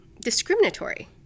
discriminatory